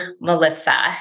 Melissa